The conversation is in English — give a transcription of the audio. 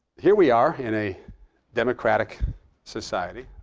here we are in a democratic society.